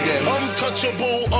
Untouchable